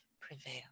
prevail